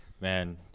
Man